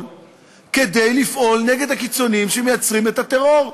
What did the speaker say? כדי לפעול נגד הקיצונים שמייצרים את הטרור.